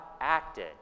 acted